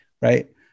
right